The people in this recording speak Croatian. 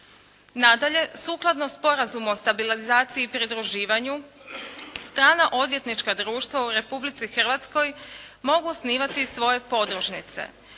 Nadalje sukladno Sporazumu o stabilizaciji i pridruživanju strana odvjetnička društva u Republici Hrvatskoj mogu osnivati svoje podružnice.